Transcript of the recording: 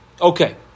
Okay